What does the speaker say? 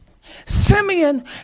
Simeon